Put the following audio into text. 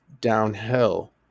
downhill